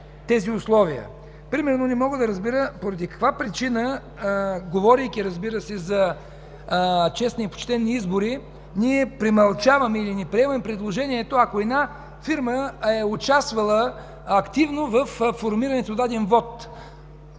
тези условия. Примерно не мога да разбера поради каква причина, говорейки, разбира се, за честни и почтени избори, премълчаваме или не приемаме предложението, ако една фирма е участвала активно във формирането на даден вот,